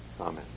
amen